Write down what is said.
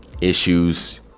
issues